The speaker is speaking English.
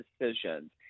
decisions